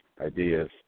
ideas